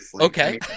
Okay